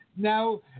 Now